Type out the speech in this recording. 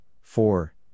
four